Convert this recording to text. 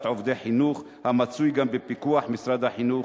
עובדי חינוך המצוי גם בפיקוח משרד החינוך,